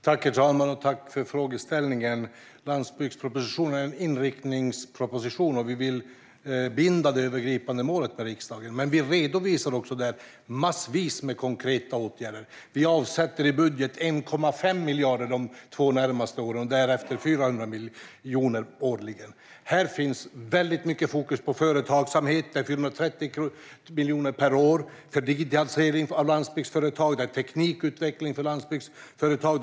Herr talman! Tack för frågeställningen, Peter Helander! Landsbygdspropositionen är en inriktningsproposition, och vi vill binda det övergripande målet med riksdagen. Men vi redovisar där också massvis med konkreta åtgärder. Vi avsätter i budgeten 1,5 miljarder de två närmaste åren och därefter 400 miljoner årligen. Här finns mycket fokus på företagsamhet. Det är 430 miljoner per år för digitalisering av landsbygdsföretag. Det är teknikutveckling för landsbygdsföretag.